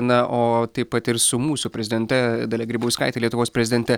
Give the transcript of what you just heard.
na o taip pat ir su mūsų prezidente dalia grybauskaite lietuvos prezidente